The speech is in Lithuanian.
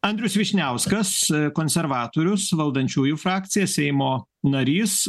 andrius vyšniauskas konservatorius valdančiųjų frakcija seimo narys